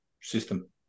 system